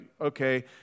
okay